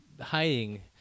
hiding